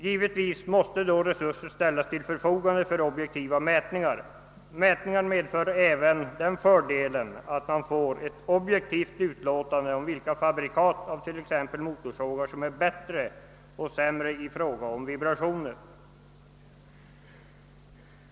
«Givetvis måste då resurser ställas till förfogande för objektiva mätningar. Mätningar medför även den fördelen att man får ett objektivt utlåtande om vilka fabrikat av t.ex. motorsågar som är bättre och sämre i fråga om vibrationer.